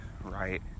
right